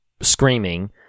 screaming